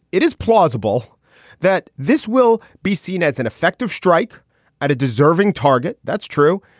it is plausible that this will be seen as an effective strike at a deserving target. that's true.